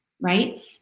right